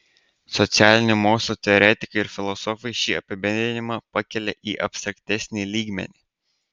socialinių mokslų teoretikai ir filosofai šį apibendrinimą pakelia į abstraktesnį lygmenį